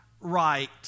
right